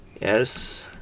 Yes